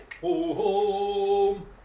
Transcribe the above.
home